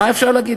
מה אפשר להגיד?